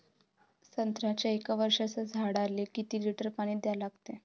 संत्र्याच्या एक वर्षाच्या झाडाले किती लिटर पाणी द्या लागते?